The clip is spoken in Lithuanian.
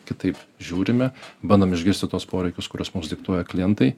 kitaip žiūrime bandom išgirsti tuos poreikius kuriuos mums diktuoja klientai